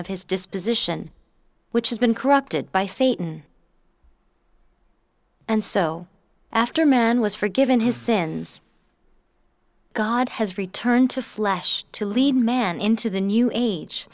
of his disposition which has been corrupted by satan and so after man was forgiven his sins god has returned to flesh to lead men into the new age